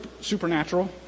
supernatural